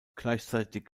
gleichzeitig